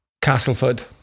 Castleford